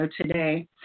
today